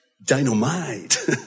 Dynamite